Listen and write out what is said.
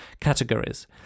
categories